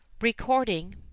Recording